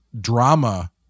drama